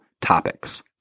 topics